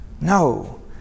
No